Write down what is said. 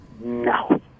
No